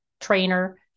trainer